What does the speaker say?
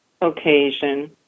occasion